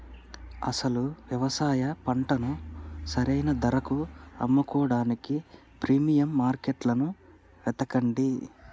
అసలు యవసాయ పంటను సరైన ధరలకు అమ్ముకోడానికి ప్రీమియం మార్కేట్టును ఎతకండి